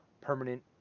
permanent